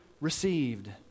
received